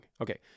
Okay